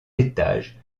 étages